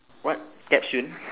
what capsule